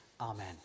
Amen